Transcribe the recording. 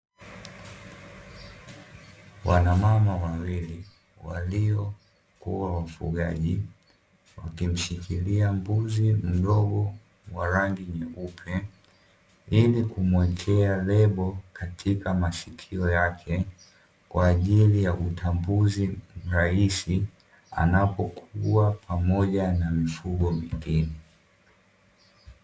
Wanamama wawili walio kuwa wafugaji wakimshikilia mbuzi mdogo wa rangi nyeupe, ili kumuwekea lebo katika masikio yake kwa ajili ya utambuzi rahisi anapokuwa pamoja na mifugo mingine.